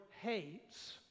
hates